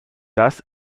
das